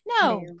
No